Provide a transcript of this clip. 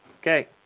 Okay